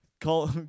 call